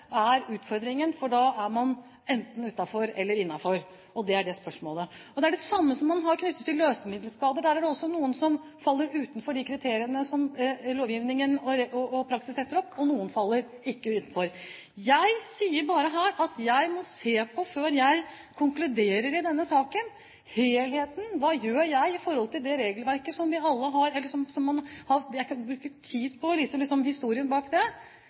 er utfordringen, for da er man enten utenfor eller innenfor. Det er det som er spørsmålet. Det samme gjelder løsemiddelskader. Der er det også noen som faller utenfor de kriteriene som lovgivningen og praksis setter opp, og noen som ikke faller utenfor. Jeg sier bare her at jeg må se på helheten før jeg konkluderer i denne saken. Hva gjør jeg med det regelverket vi har – jeg kan bruke tid på historien bak det